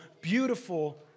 beautiful